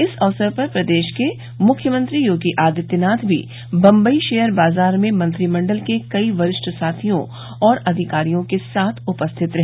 इस अवसर पर प्रदेश के मुख्यमंत्री योगी आदित्यनाथ भी बंबई शेयर बाजार में मंत्रिमंडल के कई वरिष्ठ साथियों और अधिकारियों के साथ उपस्थित रहे